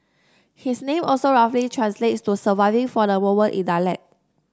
his name also roughly translates to surviving for the moment in dialect